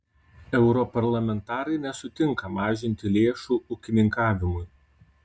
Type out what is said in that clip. europarlamentarai nesutinka mažinti lėšų ūkininkavimui